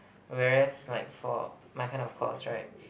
whereas like for my kind of course right